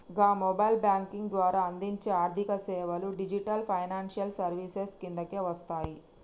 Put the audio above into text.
గా mobile banking ద్వారా అందించే ఆర్థికసేవలు డిజిటల్ ఫైనాన్షియల్ సర్వీసెస్ కిందకే వస్తయి